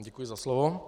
Děkuji za slovo.